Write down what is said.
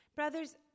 Brothers